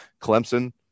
Clemson